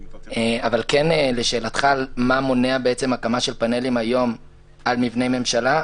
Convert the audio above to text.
אבל לשאלתך מה מונע בעצם הקמה של פאנלים היום על מבני ממשלה,